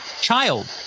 child